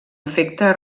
efecte